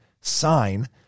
sign